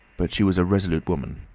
but she was a resolute woman.